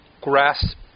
grasp